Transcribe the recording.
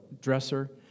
dresser